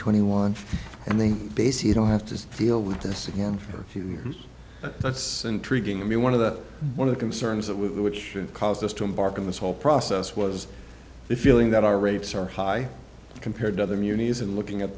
twenty one and they basically don't have to deal with this again for a few years that's intriguing i mean one of the one of the concerns that which caused us to embark on this whole process was the feeling that our rates are high compared to other muni's and looking at